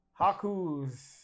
Haku's